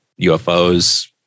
UFOs